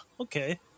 okay